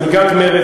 מנהיגת מרצ.